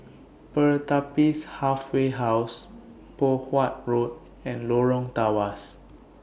Pertapis Halfway House Poh Huat Road and Lorong Tawas